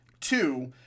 Two